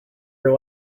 her